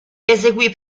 eseguì